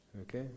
Okay